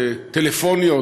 טלפוניות,